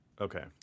Okay